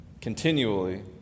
continually